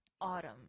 autumn